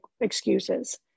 excuses